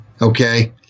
Okay